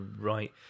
right